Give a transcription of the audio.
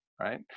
right